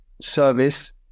service